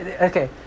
Okay